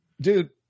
dude